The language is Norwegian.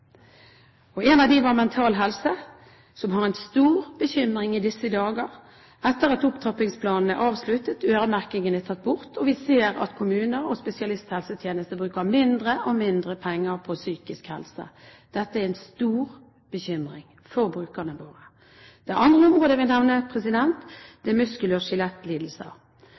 En av dem var Mental Helse, som har en stor bekymring i disse dager etter at opptrappingsplanen er avsluttet, øremerkingen er tatt bort, og vi ser at kommuner og spesialisthelsetjenesten bruker mindre og mindre penger på psykisk helse. Dette er en stor bekymring for brukerne våre. Det andre området jeg vil nevne, er muskel- og skjelettlidelser.